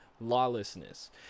lawlessness